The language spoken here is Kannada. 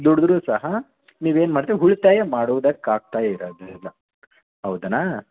ದುಡಿದ್ರೂ ಸಹ ನೀವು ಏನು ಮಾಡ್ತೀರ ಉಳಿತಾಯ ಮಾಡುವುದಕ್ಕೆ ಆಗ್ತಾ ಇರೋದಿಲ್ಲ ಹೌದನಾ